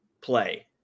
play